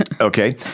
Okay